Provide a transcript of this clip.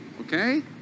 okay